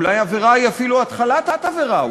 אולי עבירה היא אפילו התחלת עבירה,